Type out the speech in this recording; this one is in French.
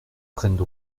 prennent